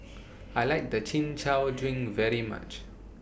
I like The Chin Chow Drink very much